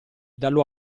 dallo